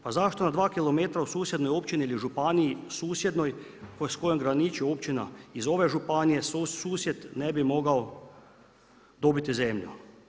Pa zašto na 2km u susjednoj općini ili županiji susjednoj s kojom graniči općina iz ove županije susjed ne bi mogao dobiti zemlju?